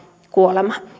kuolema